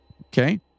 Okay